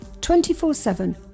24-7